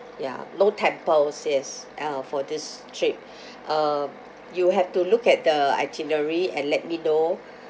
ya no temples yes uh for this trip uh you have to look at the itinerary and let me know